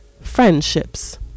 friendships